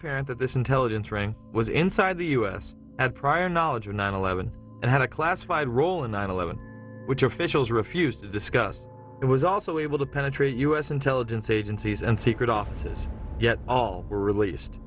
apparent that this intelligence ring was inside the u s had prior knowledge or nine eleven and had a classified role in nine eleven which officials refused to discuss it was also able to penetrate u s intelligence agencies and secret offices yet were released